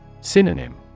Synonym